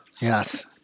Yes